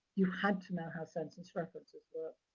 you had to know how census references work.